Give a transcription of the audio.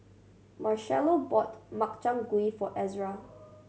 Marchello bought Makchang Gui for Ezra